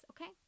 okay